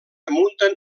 remunten